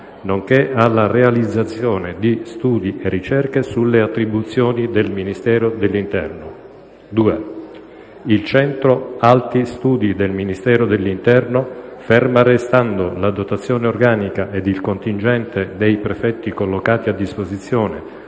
nonché alla realizzazione di studi e ricerche sulle attribuzioni del Ministero dell'interno. 2. Il Centro Alti Studi del Ministero dell'interno, ferma restando la dotazione organica e il contingente dei prefetti collocati a disposizione